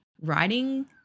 writing